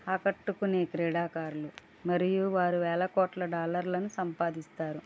ఆకట్టుకునే క్రీడాకారులు మరియు వారు వేల కోట్ల డాలర్లను సంపాదిస్తారు